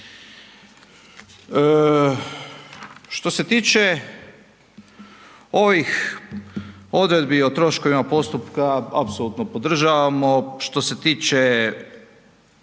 Što se tiče ovih odredbi o troškovima postupka, apsolutno podržavamo, što se tiče